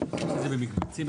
זה במקבצים?